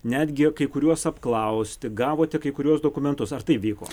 netgi kai kuriuos apklausti gavote kai kuriuos dokumentus ar tai vyko